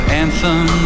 anthem